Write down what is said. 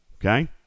Okay